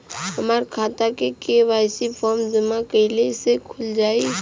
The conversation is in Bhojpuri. हमार खाता के.वाइ.सी फार्म जमा कइले से खुल जाई?